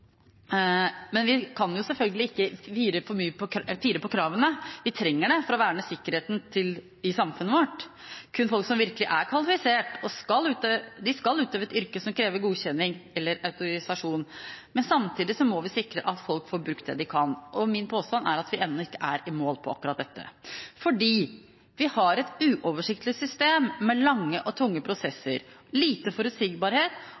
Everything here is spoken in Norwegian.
Men vi kan selvfølgelig ikke fire på kravene – vi trenger dem for å verne sikkerheten i samfunnet vårt. Kun folk som virkelig er kvalifisert, skal utøve et yrke som krever godkjenning eller autorisasjon, men samtidig må vi sikre at folk får brukt det de kan. Min påstand er at vi ennå ikke er i mål på akkurat dette. Vi har et uoversiktlig system med lange og tunge prosesser og lite forutsigbarhet,